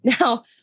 Now